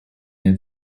near